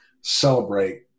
celebrate